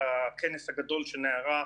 בכנס הגדול שנערך